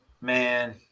man